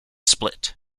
split